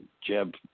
Jeb